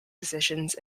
positions